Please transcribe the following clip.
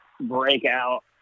breakout